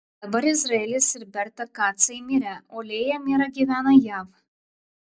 dabar izraelis ir berta kacai mirę o lėja mira gyvena jav